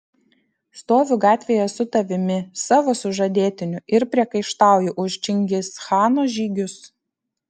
stoviu gatvėje su tavimi savo sužadėtiniu ir priekaištauju už čingischano žygius